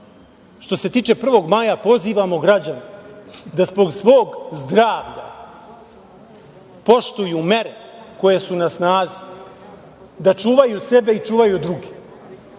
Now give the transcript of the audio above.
što se tiče 1. maja, pozivamo građane da zbog svog zdravlja poštuju mere koje su na snazi, da čuvaju sebe i čuvaju druge,